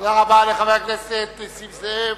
תודה רבה לחבר הכנסת נסים זאב.